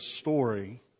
story